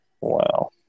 Wow